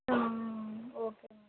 okay